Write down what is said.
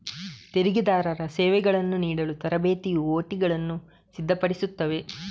ತೆರಿಗೆದಾರರ ಸೇವೆಗಳನ್ನು ನೀಡಲು ತರಬೇತಿಯು ಒ.ಟಿಗಳನ್ನು ಸಿದ್ಧಪಡಿಸುತ್ತದೆ